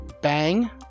bang